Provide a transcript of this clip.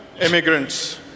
immigrants